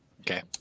Okay